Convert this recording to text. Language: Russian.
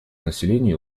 населению